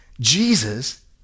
Jesus